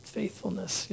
faithfulness